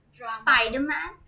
Spider-Man